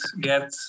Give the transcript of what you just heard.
get